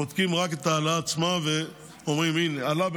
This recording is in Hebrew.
בודקים רק את ההעלאה עצמה ואומרים שאם עלה,